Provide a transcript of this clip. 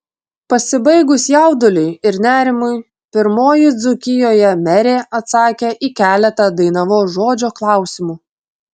pasibaigus jauduliui ir nerimui pirmoji dzūkijoje merė atsakė į keletą dainavos žodžio klausimų